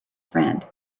friend